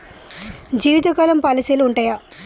జీవితకాలం పాలసీలు ఉంటయా?